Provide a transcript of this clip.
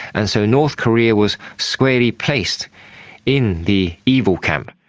and so north korea was squarely placed in the evil camp.